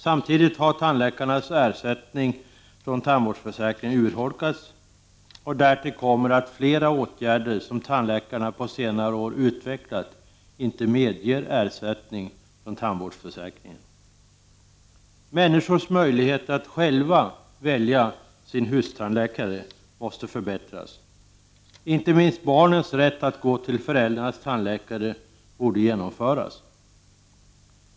Samtidigt har tandläkarnas ersättning från tandvårdsförsäkringen urholkats. Därtill kommer att flera åtgärder som tandläkarna på senare år utvecklat inte medger ersättning från tandvårdsförsäkringen. Människors möjligheter att själva välja sin ”hustandläkare” måste förbättras. Inte minst borde en rätt för barnen att gå till föräldrarnas tandläkare genomföras.